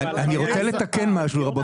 רבותי, אני רוצה לתקן משהו.